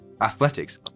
Athletics